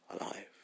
alive